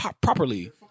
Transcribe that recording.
properly